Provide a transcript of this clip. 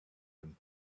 him